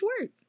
work